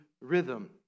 rhythm